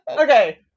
Okay